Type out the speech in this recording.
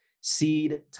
Seed